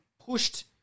pushed